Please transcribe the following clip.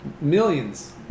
millions